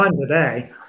today